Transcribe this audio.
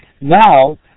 Now